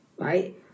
right